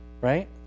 Right